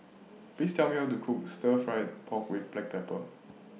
Please Tell Me How to Cook Stir Fried Pork with Black Pepper